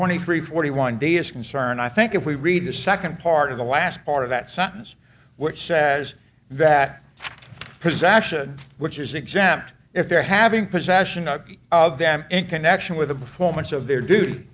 twenty three forty one day is concerned i think if we read the second part of the last part of that sentence what sad is that possession which is exempt if they're having possession of them in connection with the performance of their duty